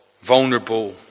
vulnerable